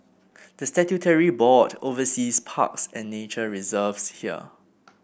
the statutory board oversees parks and nature reserves here